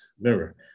Remember